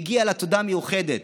מגיעה לה תודה מיוחדת,